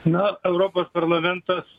na europos parlamentas